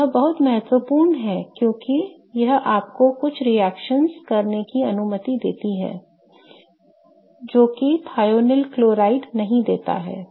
और यह बहुत महत्वपूर्ण है क्योंकि यह आपको कुछ रिएक्शनएं करने की अनुमति देता है जो कि थिओनाइल क्लोराइड नहीं देता है